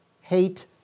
hate